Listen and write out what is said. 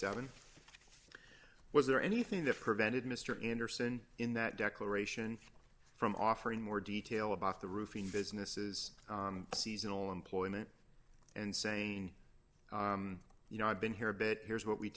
seven was there anything that prevented mr anderson in that declaration from offering more detail about the roofing businesses seasonal employment and saying you know i've been here a bit here's what we